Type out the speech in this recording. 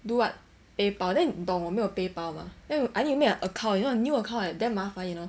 do what paypal then 你懂我没有 paypal mah then I need to make an account you know new account eh damn 麻烦 you know